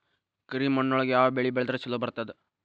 ಕರಿಮಣ್ಣೊಳಗ ಯಾವ ಬೆಳಿ ಬೆಳದ್ರ ಛಲೋ ಬರ್ತದ?